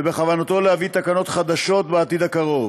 ובכוונתו להביא תקנות חדשות בעתיד הקרוב.